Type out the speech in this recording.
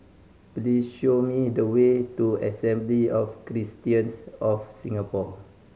please show me the way to Assembly of Christians of Singapore